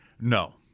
No